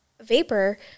vapor